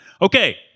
okay